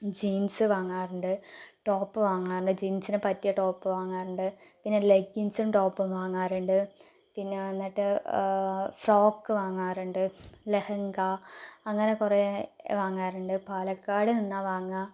jeans വാങ്ങാറുണ്ട് top വാങ്ങാറുണ്ട് ജീൻസിന് പറ്റിയ ടോപ്പ് വാങ്ങാറുണ്ട് പിന്നെ ലഗിൻസും ടോപ്പും വാങ്ങാറുണ്ട് പിന്നെ വന്നിട്ട് ഫ്രോക്ക് വാങ്ങാറുണ്ട് ലഹങ്ക അങ്ങനെ കുറേ വാങ്ങാറുണ്ട് പാലക്കാട് നിന്നാണ് വാങ്ങുക